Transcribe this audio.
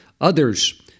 Others